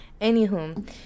Anywho